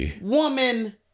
woman